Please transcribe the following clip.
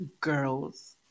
girls